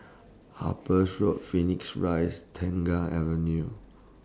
Harper's Road Phoenix Rise Tengah Avenue